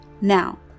Now